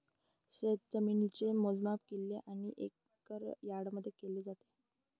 शेतजमिनीचे मोजमाप किल्ले आणि एकर यार्डमध्ये केले जाते